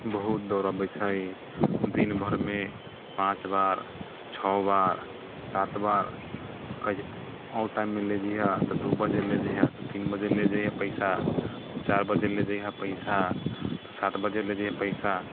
बहुत दौड़ऽबैत छै दिन भरमे पाँच बार छओ बार सात बार कहैत छै ओहि टाइममे ले जैहऽ तऽ दू बजे ले जैहऽ तऽ तीन बजे ले जैहऽ पैसा तऽ चारि बजे ले जैहऽ पैसा तऽ सात बजे ले जैहऽ पैसा